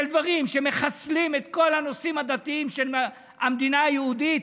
דברים שמחסלים את כל הנושאים הדתיים של המדינה היהודית,